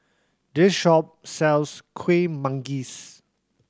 this shop sells Kuih Manggis